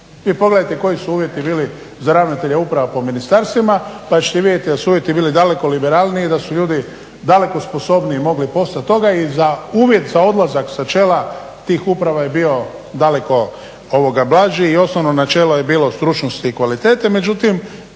vi pogledajte koji su uvjeti bili za ravnatelja uprava po ministarstvima pa ćete vidjeti da su uvjeti bili daleko liberalniji i da su ljudi daleko sposobniji mogli postati toga. I uvjet za odlazak sa čela tih uprava je bio daleko blaži i osnovno načelo je bilo stručnosti i kvalitete. Međutim,